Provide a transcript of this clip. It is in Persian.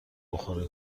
بخوره